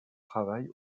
travail